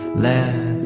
the